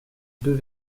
deux